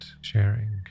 sharing